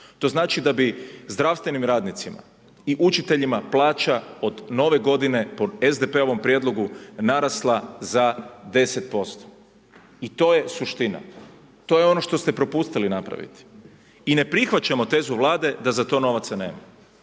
to znači da bi zdravstvenim radnicima i učiteljima plaća od Nove godine po SDP-ovom prijedlogu narasla za 10%. I to je suština. To je ono što ste propustili napraviti. I ne prihvaćamo tezu Vlade da za to novaca nema.